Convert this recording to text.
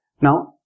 Now